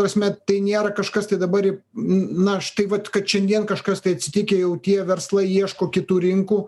prasme tai nėra kažkas tai dabar na štai vat kad šiandien kažkas tai atsitikę jau tie verslai ieško kitų rinkų